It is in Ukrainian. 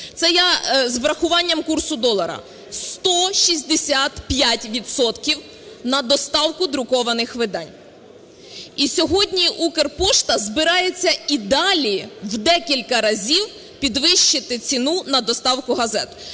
це я з врахуванням курсу долара? 165 відсотків на доставку друкованих видань. І сьогодні "Укрпошта" збирається і далі в декілька разів підвищити ціну на доставку газет.